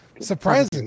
Surprising